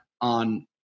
on